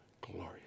Glorious